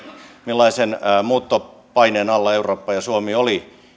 millaisen muuttopaineen alla eurooppa ja suomi oli